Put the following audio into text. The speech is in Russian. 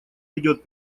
ведет